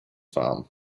farm